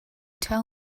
tell